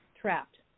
trapped